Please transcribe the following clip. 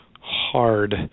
hard